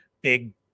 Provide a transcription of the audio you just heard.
big